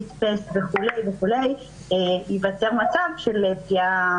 פספס וכו' וכו' ייווצר מצב של פגיעה